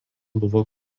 buvo